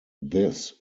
this